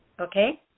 Okay